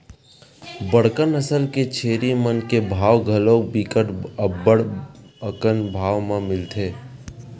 बड़का नसल के छेरी मन के भाव घलोक बिकट अब्बड़ अकन भाव म मिलथे